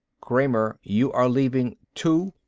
kramer, you are leaving, too?